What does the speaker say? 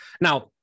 now